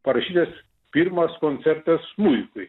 parašytas pirmas koncertas smuikui